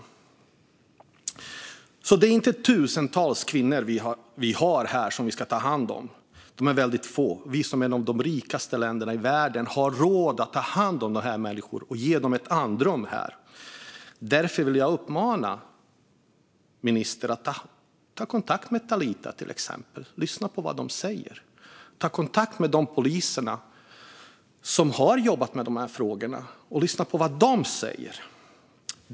Det är alltså inte tusentals kvinnor som vi ska ta hand om här, utan de är väldigt få. Sverige, som är ett av de rikaste länderna i världen, har råd att ta hand om de här människorna och ge dem andrum. Därför vill jag uppmana ministern att ta kontakt med till exempel Talita och lyssna på vad de säger och att ta kontakt med de poliser som har jobbat med de här frågorna och lyssna på vad de säger.